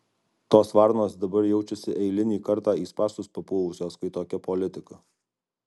tos varnos dabar jaučiasi eilinį kartą į spąstus papuolusios kai tokia politika